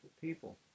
people